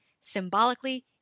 symbolically